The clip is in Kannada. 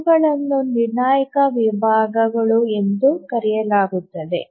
ಇವುಗಳನ್ನು ನಿರ್ಣಾಯಕ ವಿಭಾಗ ಗಳು ಎಂದು ಕರೆಯಲಾಗುತ್ತದೆ